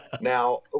Now